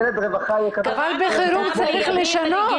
אבל בחירום צריך לשנות.